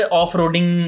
off-roading